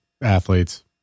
athletes